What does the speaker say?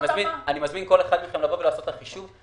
אני מזמין כל אחד מכם לבוא ולעשות את החישוב.